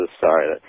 Sorry